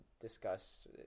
discuss